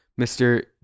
Mr